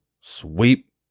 sweep